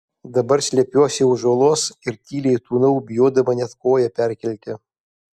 dabar slepiuosi už uolos ir tyliai tūnau bijodama net koją perkelti